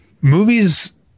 movies